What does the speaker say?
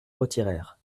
retirèrent